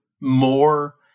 more